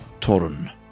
Torun